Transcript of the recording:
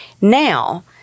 Now